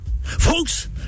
Folks